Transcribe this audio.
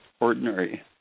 ordinary